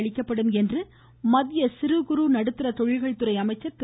அளிக்கப்படும் என்று மத்திய சிறுகுறு நடுத்தர தொழில்துறை அமைச்சர் திரு